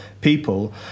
people